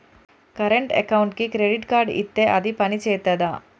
Current అకౌంట్కి credit card ఇత్తే అది పని చేత్తదా?